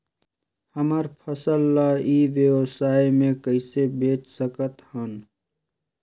हमर फसल ल ई व्यवसाय मे कइसे बेच सकत हन?